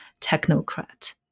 Technocrat